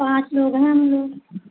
पाँच लोग हैं हम लोग